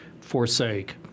forsake